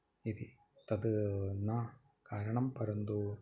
इति तद् न कारणं परन्तु